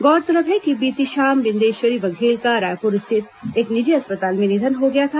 गौरतलब है कि बीती शाम बिंदेश्वरी बधेल का रायपुर स्थित एक निजी अस्पताल में निधन हो गया था